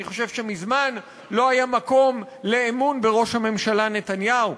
אני חושב שמזמן לא היה מקום לאמון בראש הממשלה נתניהו.